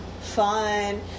fun